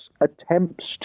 attempts